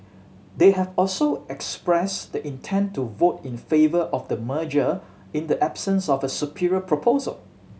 they have also expressed the intent to vote in favour of the merger in the absence of a superior proposal